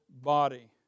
body